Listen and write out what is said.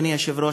אדוני היושב-ראש,